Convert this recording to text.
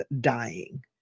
dying